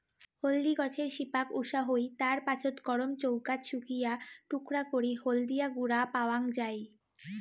হলদি গছের শিপাক উষা হই, তার পাছত গরম চৌকাত শুকিয়া টুকরা করি হলদিয়া গুঁড়া পাওয়াং যাই